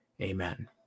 Amen